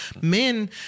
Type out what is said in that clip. Men